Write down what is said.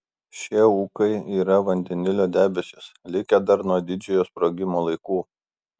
šie ūkai yra vandenilio debesys likę dar nuo didžiojo sprogimo laikų